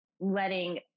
letting